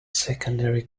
secondary